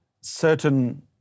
certain